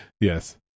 Yes